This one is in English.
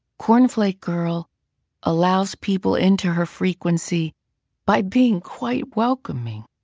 cornflake girl allows people into her frequency by being quite welcoming.